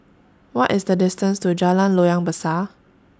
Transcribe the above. What IS The distance to Jalan Loyang Besar